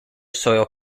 soil